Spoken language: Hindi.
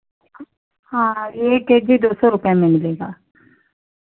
हाँ एक के जी दो सौ रुपये में मिलेगा